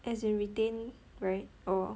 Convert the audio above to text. as in retain right or